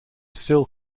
still